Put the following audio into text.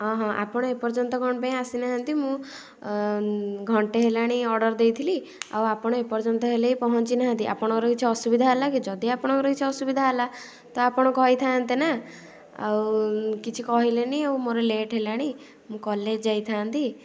ହଁ ହଁ ଆପଣ ଏ ପର୍ଯ୍ୟନ୍ତ କ'ଣ ପାଇଁ ଆସି ନାହାଁନ୍ତି ମୁଁ ଘଣ୍ଟେ ହେଲାଣି ଅର୍ଡ଼ର ଦେଇଥିଲି ଆଉ ଆପଣ ଏ ପର୍ଯ୍ୟନ୍ତ ହେଲେ ବି ପହଞ୍ଚିନାହାଁନ୍ତି ଆପଣଙ୍କର ଯଦି ଅସୁବିଧା ହେଲା କି ଯଦି ଆପଣଙ୍କର କିଛି ଅସୁବିଧା ହେଲା ତ ଆପଣ କହିଥାନ୍ତେ ନା ଆଉ କିଛି କହିଲେନି ଆଉ ମୋର ଲେଟ୍ ହେଲାଣି ମୁଁ କଲେଜ ଯାଇଥାନ୍ତି